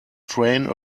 train